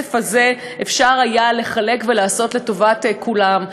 ובכסף הזה אפשר היה לחלק ולעשות לטובת כולם.